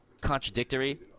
contradictory